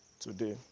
today